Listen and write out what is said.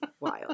wild